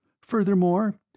Furthermore